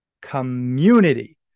community